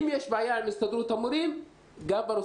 הן מבחינת ההיגיינה, החיטוי ותפעול המערכת.